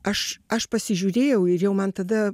aš aš pasižiūrėjau ir jau man tada